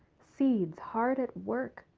seeds, hard at work,